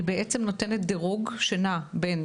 הוועדה נותנת דירוג שנע בין